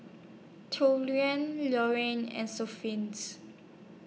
Lauren and